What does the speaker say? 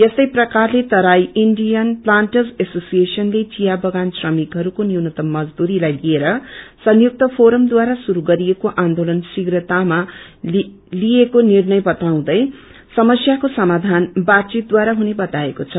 यस्तै प्रकारले Terai Indian planters उसोसिएशनले विया बगान श्रमिकहरूको न्यूनतम मजदुरीलाई लिएर संयुक्त फोरमढारा श्रुरू गरिएको आन्दोलन शीघ्रतामा लिएको निर्णय बताउँदै समस्याको सामाधान बातवितद्वारा नै हुने बताएको छ